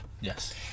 yes